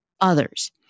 others